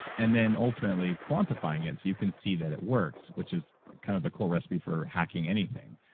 and then ultimately quantifying it so you can see that it works, which is kind of the cool recipe for hacking anything,